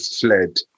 fled